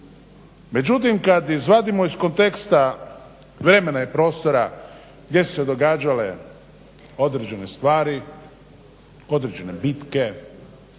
Međutim, kad izvadimo iz konteksta vremena i prostora gdje su se događale određene stvari, određene bitke,